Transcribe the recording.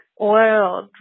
oil